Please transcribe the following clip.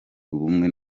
ubumwe